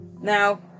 Now